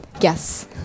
yes